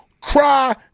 cry